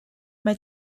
mae